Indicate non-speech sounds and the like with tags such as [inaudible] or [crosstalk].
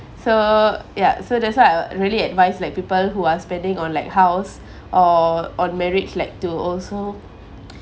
so yeah so that's why I'd really advise like people who are spending on like house [breath] or on marriage like to also